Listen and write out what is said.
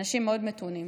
אנשים מאוד מתונים.